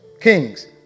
kings